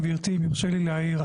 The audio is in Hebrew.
גבירתי, אם יורשה לי להעיר.